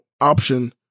option